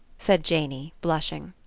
said janey, blushing.